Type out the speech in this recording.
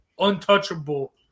Untouchable